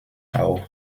auch